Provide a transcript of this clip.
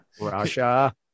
Russia